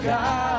God